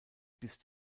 bis